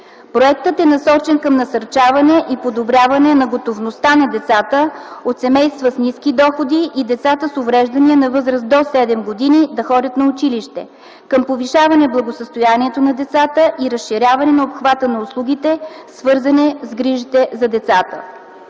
Проектът е насочен към насърчаване и подобряване на готовността на децата от семейства с ниски доходи и деца с увреждания на възраст до 7 години да ходят на училище, към повишаване благосъстоянието на децата и разширяване на обхвата на услугите, свързани с грижите за децата.